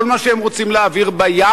כל מה שהם רוצים להעביר בים,